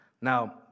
Now